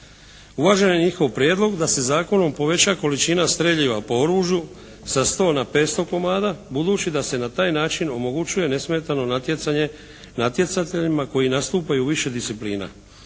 Uvažen je njihov prijedlog da se zakonom poveća količina streljiva po oružju sa 100 na 500 komada budući da se na taj način omogućuje nesmetano natjecanje natjecateljima koji nastupaju u više disciplina.